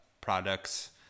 products